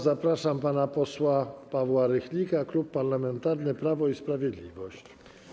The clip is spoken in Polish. Zapraszam pana posła Pawła Rychlika, Klub Parlamentarny Prawo i Sprawiedliwość.